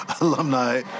alumni